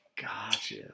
Gotcha